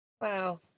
Wow